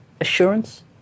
assurance